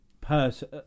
person